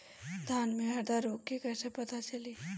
धान में हरदा रोग के कैसे पता चली?